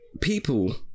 people